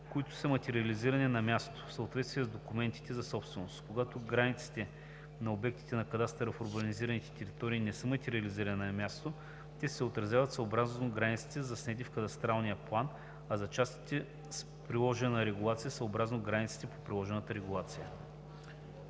които са материализирани на място, в съответствие с документите за собственост. Когато границите на обектите на кадастъра в урбанизираните територии не са материализирани на място, те се отразяват съобразно границите, заснети в кадастралния план, а за частите с приложена регулация – съобразно границите по приложения регулационен